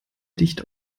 dicht